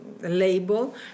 Label